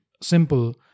simple